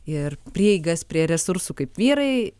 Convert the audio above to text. ir prieigas prie resursų kaip vyrai